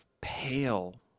pale